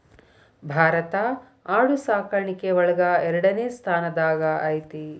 ಭಾರತಾ ಆಡು ಸಾಕಾಣಿಕೆ ಒಳಗ ಎರಡನೆ ಸ್ತಾನದಾಗ ಐತಿ